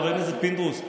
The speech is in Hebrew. חבר הכנסת פינדרוס,